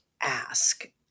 ask